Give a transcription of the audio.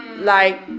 like,